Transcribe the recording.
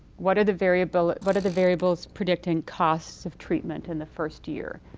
what are the variables but the variables predicting cost of treatment in the first year?